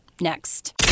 next